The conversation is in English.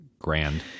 Grand